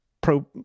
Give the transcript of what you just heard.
Pro